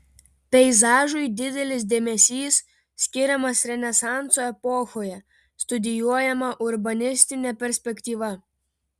peizažui didelis dėmesys skiriamas renesanso epochoje studijuojama urbanistinė perspektyva